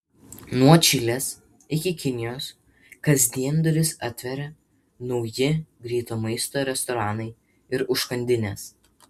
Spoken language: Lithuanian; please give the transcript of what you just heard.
nuo čilės iki kinijos kasdien duris atveria nauji greito maisto restoranai ir užkandinės